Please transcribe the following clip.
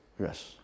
Yes